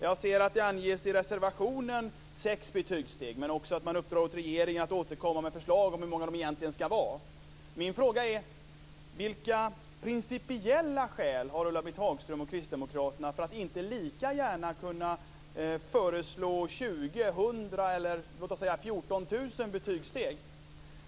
Jag ser att det i reservation 2 anges sex betygssteg men också att man vill uppdra åt regeringen att återkomma med förslag om hur många de egentligen ska vara. Min fråga är: Vilka principiella skäl har Ulla Britt Hagström och Kristdemokraterna för att inte lika gärna föreslå 20, 100 eller låt oss säga 14 000 betygssteg?